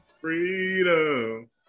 Freedom